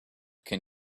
can